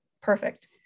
Perfect